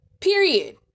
period